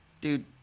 Dude